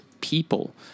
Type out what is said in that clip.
people